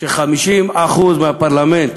כש-50% מהפרלמנט